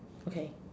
okay